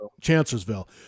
Chancellorsville